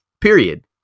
period